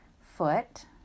foot